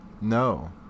No